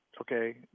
okay